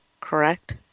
correct